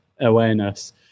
awareness